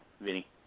Vinny